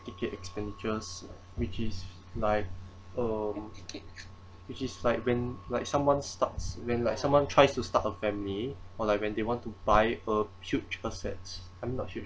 ticket expenditures which is like um which is like when like someone starts when like someone tries to start a family or like when they want to buy a huge assets I'm not sure